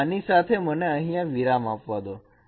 તો આની સાથે મને અહીંયા વિરામ આપવા દો